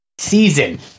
season